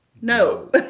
no